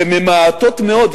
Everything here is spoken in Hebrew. וממעטות מאוד,